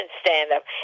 stand-up